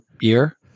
year